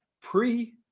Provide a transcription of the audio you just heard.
pre